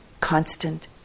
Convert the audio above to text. constant